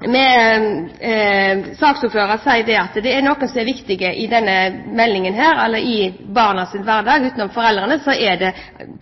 med saksordføreren, si at det er noe som understrekes som viktig i denne meldingen, og i barnas hverdag er det, utenom foreldrene,